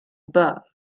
burr